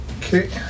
Okay